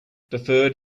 deferred